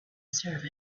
serve